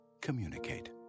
Communicate